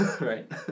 right